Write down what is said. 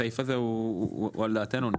הסעיף הזה הוא על דעתנו.